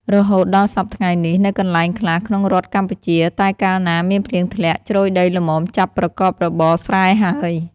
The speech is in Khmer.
រហូតដល់សព្វថ្ងៃនេះ នៅកន្លែងខ្លះក្នុងរដ្ឋកម្ពុជា តែកាលណាមានភ្លៀងធ្លាក់ជ្រោយដីល្មមចាប់ប្រកបរបរស្រែហើយ។